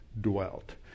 dwelt